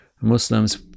Muslims